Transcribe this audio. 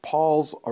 Paul's